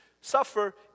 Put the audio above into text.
suffer